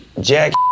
Jack